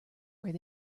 where